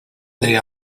they